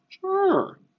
Sure